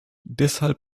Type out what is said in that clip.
deshalb